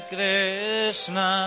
Krishna